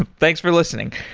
and thanks for listening.